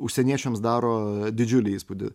užsieniečiams daro didžiulį įspūdį